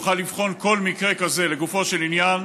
והשר יוכל לבחון כל מקרה כזה לגופו של עניין